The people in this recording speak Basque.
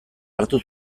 hartu